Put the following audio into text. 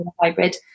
Hybrid